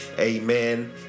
amen